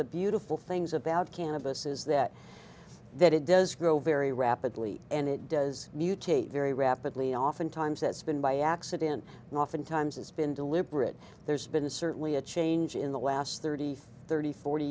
the beautiful things about cannabis is that that it does grow very rapidly and it does mutate very rapidly oftentimes that's been by accident and oftentimes it's been deliberate there's been certainly a change in the last thirty thirty forty